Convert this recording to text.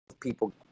people